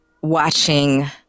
watching